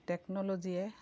টেকন'লজিয়ে